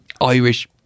Irish